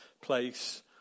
place